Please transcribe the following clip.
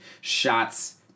shots